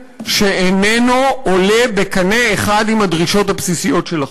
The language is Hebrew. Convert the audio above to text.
שאיננו עולה בקנה אחד עם הדרישות הבסיסיות של החוק.